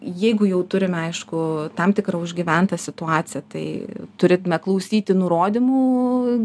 jeigu jau turime aišku tam tikrą užgyventą situaciją tai turime klausyti nurodymų